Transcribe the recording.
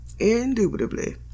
indubitably